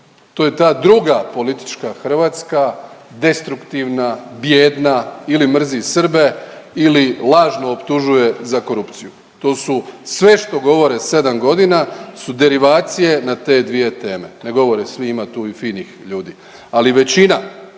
To je ta druga politička Hrvatska, destruktivna, bijedna ili mrze Srbe ili lažno optužuje za korupciju. To su sve što govore 7 godina su derivacije na te dvije teme. Ne govore svi, ima tu i finih ljudi, ali većina